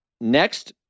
Next